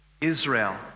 Israel